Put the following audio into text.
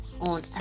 on